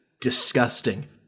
disgusting